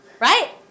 Right